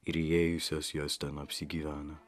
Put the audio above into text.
ir įėjusios jos ten apsigyvena